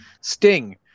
Sting